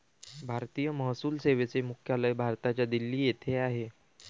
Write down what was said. भारतीय महसूल सेवेचे मुख्यालय भारताच्या दिल्ली येथे आहे